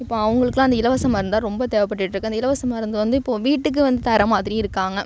இப்போது அவங்களுக்குலாம் அந்த இலவச மருந்து தான் ரொம்ப தேவைப்பட்டுட்டுருக்கு அந்த இலவச மருந்து வந்து இப்போது வீட்டுக்கு வந்து தர்றமாதிரி இருக்காங்க